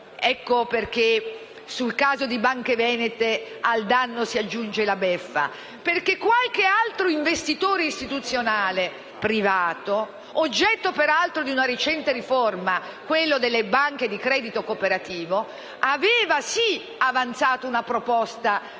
i privati. Nel caso delle banche venete al danno si aggiunge la beffa, perché qualche altro investitore istituzionale privato, oggetto peraltro della recente riforma delle banche di credito cooperativo, aveva sì avanzato una proposta